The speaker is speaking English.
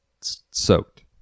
soaked